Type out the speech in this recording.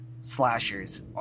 Slashers